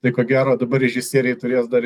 tai ko gero dabar režisieriai turės dar